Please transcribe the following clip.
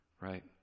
Right